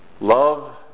Love